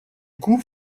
coups